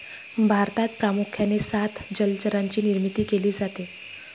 भारतात प्रामुख्याने सात जलचरांची निर्मिती केली जाते